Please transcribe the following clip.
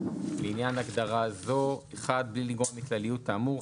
לעניין הגדרה זו בלי לגרוע מכלליות האמור,